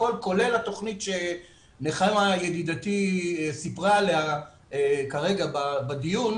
כולל התכנית שנחמה ידידתי סיפרה עליה כרגע בדיון,